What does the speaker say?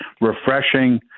refreshing